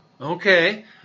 Okay